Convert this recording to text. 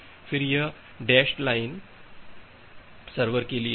फिर यह dashed line server के लिए है